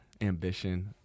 ambition